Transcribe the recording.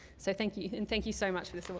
so thank you, and thank you so much for this